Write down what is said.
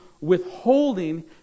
withholding